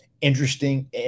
interesting